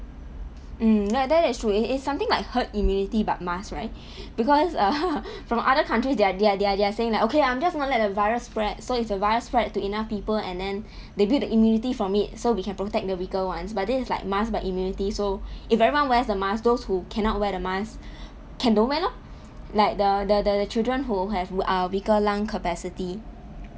mm that that is true it is something I herd immunity but mask right because err from other countries they are they are they are saying like okay I'm just going to let the virus spread so if the virus spread to enough people and then they build immunity from it so we can protect the weaker ones but this is like mask but immunity so if everyone wears the mask those who cannot wear the mask can don't wear lor like the the the children who have a weaker lung capacity